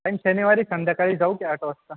पन शनिवारी संध्याकाळी जाऊ की आठ वाजता